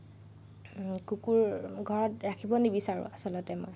কুকুৰ ঘৰত ৰাখিব নিবিচাৰোঁ আচলতে মই